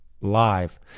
live